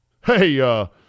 hey